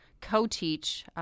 co-teach